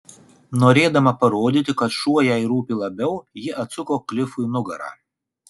norėdama parodyti kad šuo jai rūpi labiau ji atsuko klifui nugarą